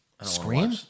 Scream